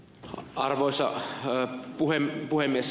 arvoisa puhemies